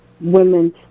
women